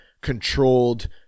controlled